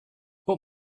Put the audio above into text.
what